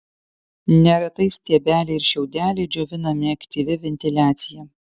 neretai stiebeliai ir šiaudeliai džiovinami aktyvia ventiliacija